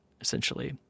essentially